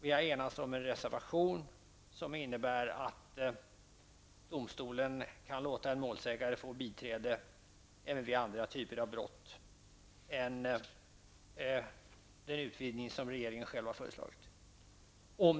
Vi har enats om en reservation, som innebär att domstolen, om det finns synnerliga skäl, kan låta en målsägare få biträde även vid andra typer av brott än vad som gäller i den utvidgning som regeringen har föreslagit.